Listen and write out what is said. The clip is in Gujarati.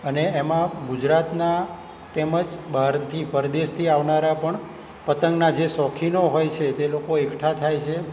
અને એમાં ગુજરાતનાં તેમજ બહારથી પરદેશથી આવનારા પણ પતંગના જે શોખીનો હોય છે તે લોકો એકઠા થાય છે